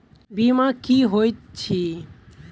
बीमा की होइत छी?